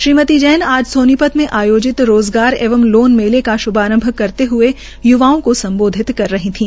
श्रीमती जैन आज सोनीपत में आयोजित लोन मेले का श्भारंभ करते हये युवाओं को सम्बोधित कर रही थी